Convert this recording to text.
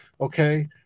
okay